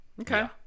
Okay